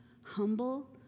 humble